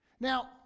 Now